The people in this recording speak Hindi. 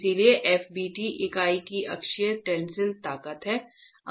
इसलिए f bt इकाई की अक्षीय टेंसिल ताकत है